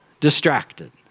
distracted